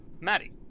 Maddie